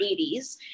80s